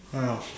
ya